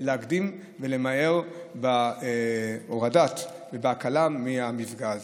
להקדים ולמהר בהורדה ובהקלה של המפגע הזה.